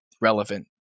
relevant